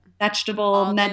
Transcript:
vegetable